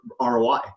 roi